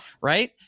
right